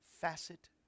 facet